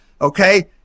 Okay